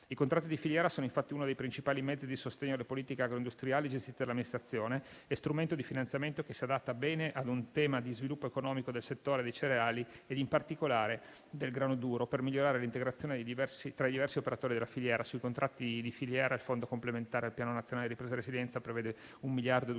I contratti di filiera sono infatti uno dei principali mezzi di sostegno alle politiche agro-industriali gestiti dall'amministrazione e strumento di finanziamento che si adatta bene a un tema di sviluppo economico del settore dei cereali e in particolare del grano duro, per migliorare l'integrazione tra i diversi operatori della filiera. Sui contratti di filiera il fondo complementare al Piano nazionale di ripresa e resilienza prevede 1,2 miliardi